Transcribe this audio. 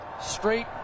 straight